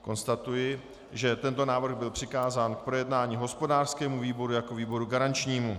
Konstatuji, že tento návrh byl přikázán k projednání hospodářskému výboru jako výboru garančnímu.